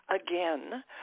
again